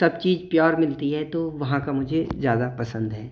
सब चीज़ प्योर मिलती है तो वहाँ का मुझे ज़्यादा पसंद है